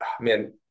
man